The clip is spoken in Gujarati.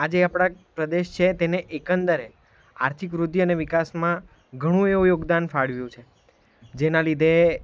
આજે આપણા પ્રદેશ છે તેને એકંદરે આર્થિક વૃદ્ધિ અને વિકાસમાં ઘણું એવું યોગદાન ફાળવ્યું છે જેના લીધે